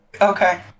Okay